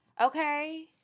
okay